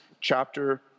chapter